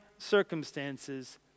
circumstances